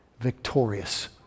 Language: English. victorious